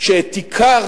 שאת עיקר